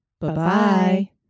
Bye-bye